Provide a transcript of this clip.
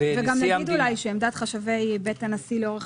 וגם נגיד אולי שעמדת חשבי בית הנשיא לאורך